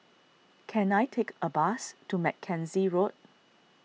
can I take a bus to Mackenzie Road